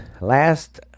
last